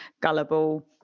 gullible